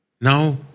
Now